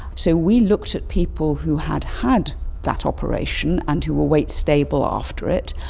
so we looked at people who had had that operation and who were weight stable after it,